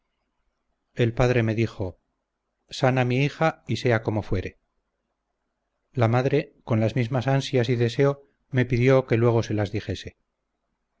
el padre me dijo sana mi hija y sea como fuere la madre con las mismas ansias y deseo me pidió que luego se las dijese